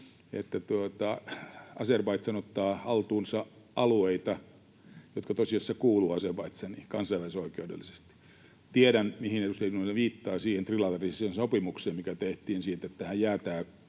että Azerbaidžan ottaa haltuunsa alueita, jotka tosiasiassa kansainvälisoikeudellisesti kuuluvat Azerbaidžaniin. Tiedän, mihin edustaja Junnila viittaa — siihen trilateraaliseen sopimukseen, mikä tehtiin siitä, että tähän jää tämä